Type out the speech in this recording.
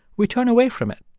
we turn away from it.